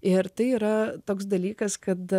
ir tai yra toks dalykas kad